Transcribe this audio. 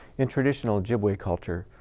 in traditional ojibwe culture,